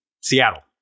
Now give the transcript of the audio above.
Seattle